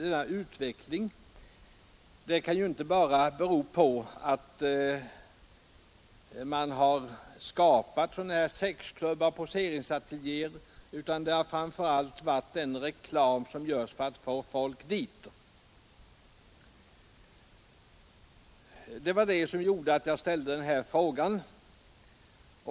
Denna utveckling kan ju inte bara bero på att man har skapat sådana här klubbar och ateljéer, utan det har framför allt varit den reklam som görs för att få folk dit. Detta har gjort att jag ställt min fråga.